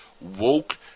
woke